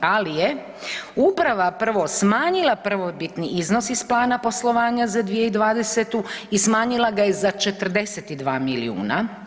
Ali je uprava prvo smanjila prvobitni iznos iz plana poslovanja za 2020. i smanjila ga je za 42 milijuna.